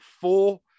four